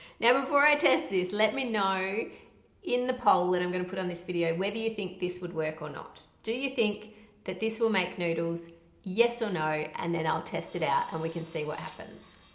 now before i test this let me know in the poll and i'm gonna put on this video whether you think this would work or not? do you think that this will make noodles yes or so no and then i'll test it out and we can see what happens.